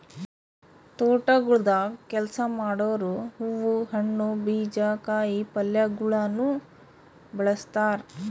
ತೋಟಗೊಳ್ದಾಗ್ ಕೆಲಸ ಮಾಡೋರು ಹೂವು, ಹಣ್ಣು, ಬೀಜ, ಕಾಯಿ ಪಲ್ಯಗೊಳನು ಬೆಳಸ್ತಾರ್